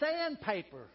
sandpaper